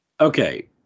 Okay